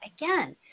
again